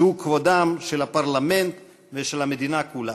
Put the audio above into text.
שהוא כבודם של הפרלמנט ושל המדינה כולה.